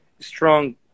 strong